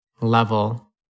level